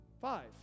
Five